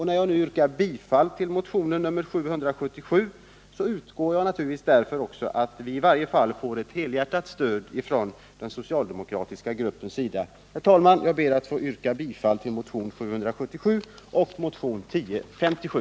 När jag nu yrkar bifall till motionen 777, utgår jag därför från att vi får ett helhjärtat stöd i varje fall från den socialdemokratiska gruppen. Herr talman! Jag yrkar bifall till motionerna 777 och 1057.